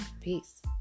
peace